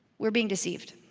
we're being deceived.